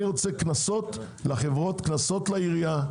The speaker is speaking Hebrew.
אני רוצה קנסות לחברות, קנסות לעירייה.